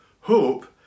Hope